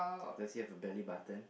does he have a belly button